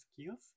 skills